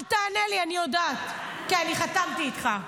אל תענה לי, אני יודעת, כי אני חתמתי איתך.